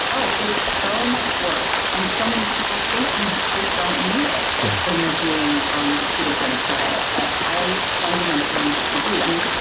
oh, it's so much worse. and so many people think you just don't need it yeah when you're doing um the ketogenic diet but i fundamentally disagree. i mean,